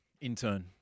Intern